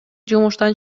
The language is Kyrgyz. жумуштан